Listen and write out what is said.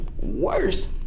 worse